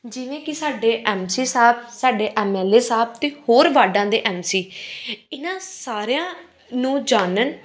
ਜਿਵੇਂ ਕਿ ਸਾਡੇ ਐੱਮ ਸੀ ਸਾਹਿਬ ਸਾਡੇ ਐੱਮ ਐੱਲ ਏ ਸਾਹਿਬ ਅਤੇ ਹੋਰ ਵਾਰਡਾਂ ਦੇ ਐੱਮ ਸੀ ਇਹਨਾਂ ਸਾਰਿਆਂ ਨੂੰ ਜਾਣਨ